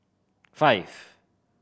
five